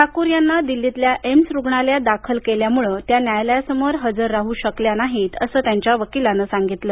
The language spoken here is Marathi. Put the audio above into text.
ठाकूर यांना दिल्लीतल्या एम्स रुग्णालयात दाखल केल्यामुळे त्या न्यायालयासमोर हजर राहू शकल्या नाहीत असं त्यांच्या वकीलानं सांगितलं